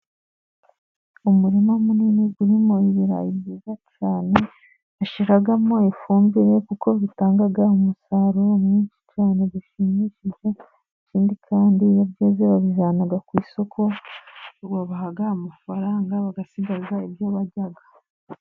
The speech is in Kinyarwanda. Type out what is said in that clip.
Umurima munini uririmo ibirayi byiza cyane, bashiramo ifumbire kuko bitanga umusaruro mwinshi cyane bishimishije, ikindi kandi iyo byeze babijyana ku isoko, babaha amafaranga bagasigaza ibyo barya.